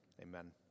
Amen